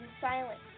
silence